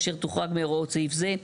אשר תוחרג מהוראות סעיף זה".